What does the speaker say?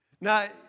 Now